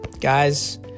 Guys